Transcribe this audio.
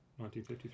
1953